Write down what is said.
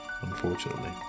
unfortunately